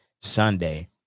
Sunday